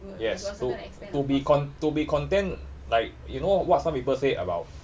yes to to be con~ to be content like you know what some people say about